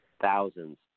thousands